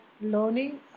learning